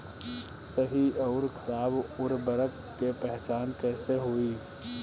सही अउर खराब उर्बरक के पहचान कैसे होई?